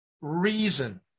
reason